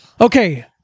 Okay